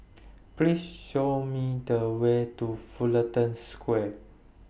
Please Show Me The Way to Fullerton Square